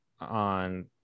on